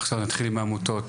עכשיו נתחיל עם העמותות,